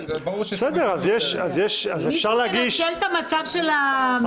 ברור שיש פה --- מישהי מנצל את המצב של המגפה?